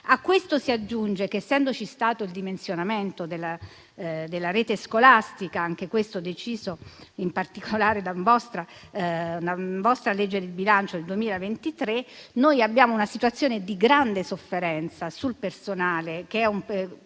A ciò si aggiunge che, essendoci stato il dimensionamento della rete scolastica, anche questo deciso in particolare da una vostra legge di bilancio del 2023, noi abbiamo una situazione di grande sofferenza sul personale, che è un pilastro